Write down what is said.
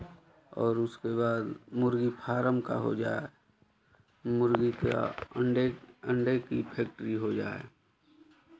और उसके बाद मुर्गी फार्म का हो जाए मुर्गी का अंडे अंडे की फैक्टरी हो जाए